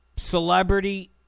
Celebrity